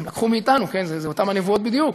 הם לקחו מאתנו, אלה אותן הנבואות בדיוק